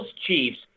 Chiefs